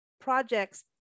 projects